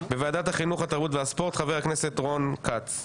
בוועדת החינוך התרבות והספורט: חבר הכנסת רון כץ.